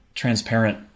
transparent